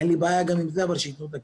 אין לי בעיה גם עם זה אבל שיתנו את הכלים.